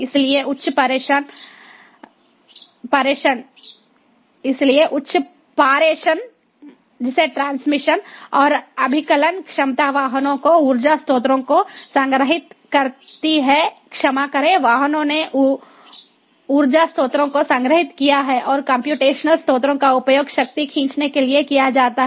इसलिए उच्च पारेषणट्रैन्स्मिशन transmission और अभिकलन क्षमता वाहनों को ऊर्जा स्रोतों को संग्रहीत करती है क्षमा करें वाहनों ने ऊर्जा स्रोतों को संग्रहीत किया है और कम्प्यूटेशनल स्रोतों का उपयोग शक्ति खींचने के लिए किया जाता है